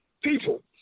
people